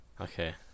Okay